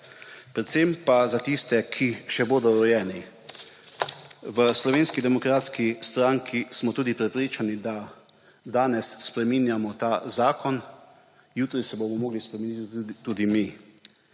predvsem pa za tiste, ki še bodo rojeni. V Slovenski demokratski stranki smo tudi prepričani, da danes spreminjamo ta zakon, jutri se bomo morali spreminjati tudi mi.